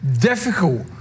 difficult